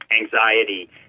anxiety